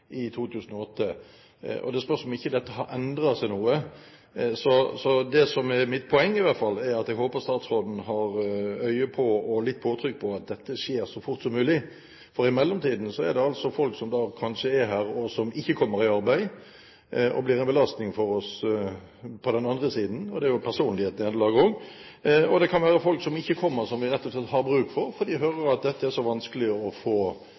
i 2008, og det spørs om ikke dette har endret seg noe. Det som er mitt poeng i hvert fall, er at statsråden – håper jeg – har øye på og litt påtrykk på at dette skjer så fort som mulig, for i mellomtiden er det altså folk som kanskje er her, og som ikke kommer i arbeid og blir en belastning for oss på den andre siden. Det er jo et personlig nederlag også. Og det kan være folk som ikke kommer, som vi rett og slett har bruk for, fordi de hører at dette er så vanskelig å få